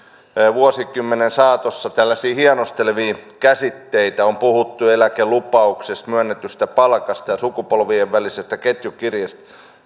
vuosikymmenen saatossa tällaisia hienostelevia käsitteitä on puhuttu eläkelupauksesta myönnetystä palkasta ja sukupolvien välisestä ketjukirjeestä